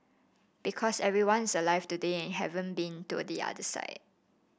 because everyone is alive today and haven't been to the other side